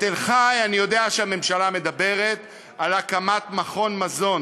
בתל-חי אני יודע שהממשלה מדברת על הקמת מכון מזון.